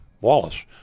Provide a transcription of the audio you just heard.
Wallace